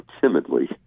timidly